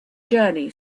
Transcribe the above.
journey